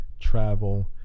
travel